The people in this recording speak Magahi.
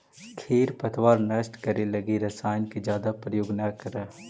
खेर पतवार नष्ट करे लगी रसायन के जादे प्रयोग न करऽ